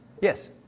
Yes